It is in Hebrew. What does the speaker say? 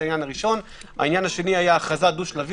העניין השני היה הכרזה דו-שלבית.